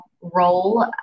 role